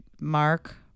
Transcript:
Mark